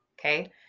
Okay